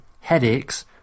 headaches